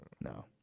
No